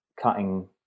cutting